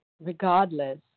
Regardless